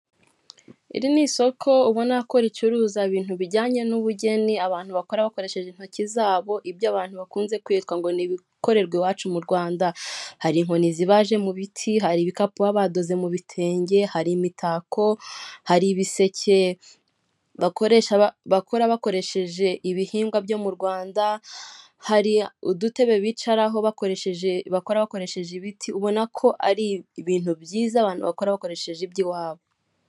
Abantu benshi harimo umugabo wambaye ishati ijya gusa umutuku imbere ye hari mudasobwa n'icupa ry'amazi biteretse ku meza, iruhande rwe hari umugabo wambaye ishati y'umweru n'amarinete, mbere yewe hari icupa ry'amazi ndetse n'igikapu cy'umukara, iruhande rw'iwe nawe hari umugore wambaye ikanzu y'umukara iciye amaboko, imbere yiwe hari icupa ry'amazi na mudasobwa biteretse ku meza.